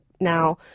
Now